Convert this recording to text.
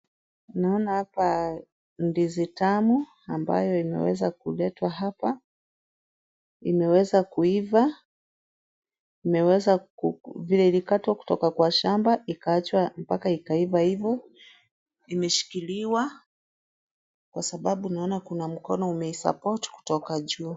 Naona hapa ndizi tamu ambaye imeweza kuletwa hapa, imeweza kuiva, vile iliweza kukatwa kwa shamba ikawachwa mpaka ikaiva ivo, imeshikiliwa kwa sababu naona kuna mkono imesupport kutoka juu.